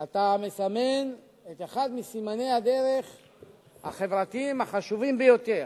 אתה מסמן את אחד מסימני הדרך החברתיים החשובים ביותר.